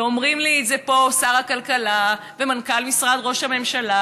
אומרים לי את זה פה שר הכלכלה ומנכ"ל משרד ראש הממשלה,